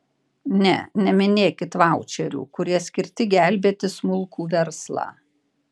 ne neminėkit vaučerių kurie skirti gelbėti smulkų verslą